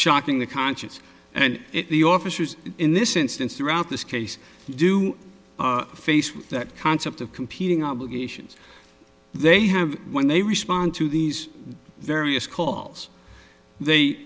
shocking the conscience and the officers in this instance throughout this case do faced with that concept of competing obligations they have when they respond to these various calls they